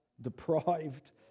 deprived